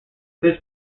this